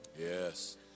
Yes